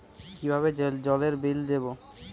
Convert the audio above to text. কিভাবে জলের বিল দেবো?